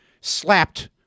slapped